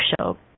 show